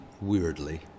weirdly